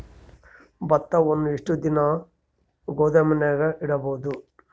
ಭತ್ತವನ್ನು ಎಷ್ಟು ದಿನ ಗೋದಾಮಿನಾಗ ಇಡಬಹುದು?